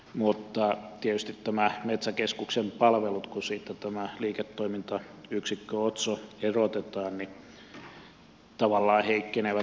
tietysti nämä metsäkeskuksen palvelut kun niistä tämä liiketoimintayksikkö otso erotetaan tavallaan heikkenevät